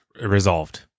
resolved